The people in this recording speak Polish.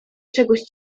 czegoś